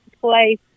place